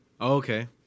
Okay